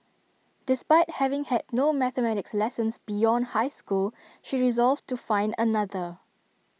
despite having had no mathematics lessons beyond high school she resolved to find another